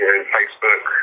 Facebook